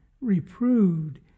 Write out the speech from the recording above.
reproved